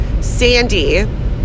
Sandy